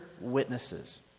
witnesses